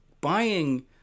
buying